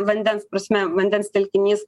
vandens prasme vandens telkinys